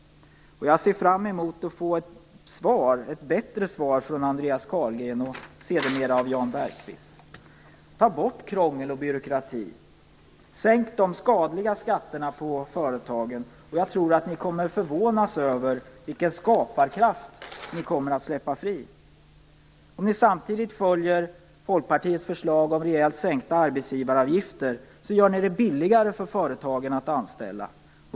Jag ser fram emot att få ett bättre svar från Andreas Carlgren och sedermera av Jan Bergqvist. Ta bort krångel och byråkrati och sänk de skadliga skatterna på företagen så tror jag att ni kommer att förvånas över vilken skaparkraft som ni kommer att släppa fri. Om ni samtidigt följer Folkpartiets förslag om rejält sänkta arbetsgivaravgifter gör ni det billigare för företagen att anställa.